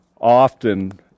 often